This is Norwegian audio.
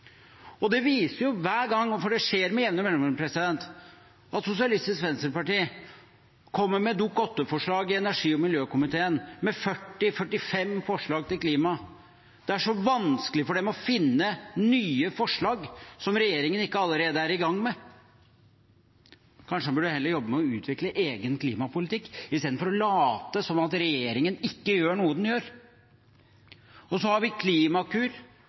Det skjer med jevne mellomrom at Sosialistisk Venstreparti kommer med Dokument 8-forslag i energi- og miljøkomiteen med 40–45 forslag på klima. Det er så vanskelig for dem å finne nye forslag som regjeringen ikke allerede er i gang med. Kanskje de heller burde jobbe med å utvikle egen klimapolitikk i stedet for å late som at regjeringen ikke gjør noe den gjør? Så har vi Klimakur,